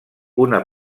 una